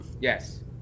Yes